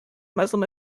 muslim